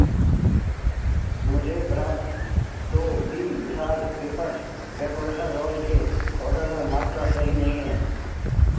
मुझे प्राप्त दो बी विशाल पेपर डेकोरेशन रोल के आर्डर में मात्रा सही नहीं है